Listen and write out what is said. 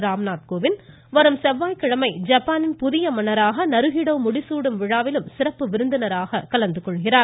ராம்நாத் கோவிந்த் வரும் செவ்வாய்கிழமை ஜப்பானின் புதிய மன்னராக நருஹிடோ முடிசூடும் விழாவிலும் சிறப்பு விருந்தினராக கலந்து கொள்கிறார்